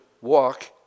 walk